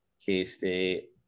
K-State